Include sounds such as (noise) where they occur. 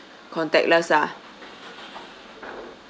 contactless lah (noise)